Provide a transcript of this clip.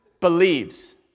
believes